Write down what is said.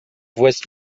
voest